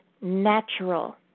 natural